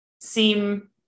seem